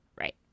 right